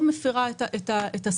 היית בוחן אותן?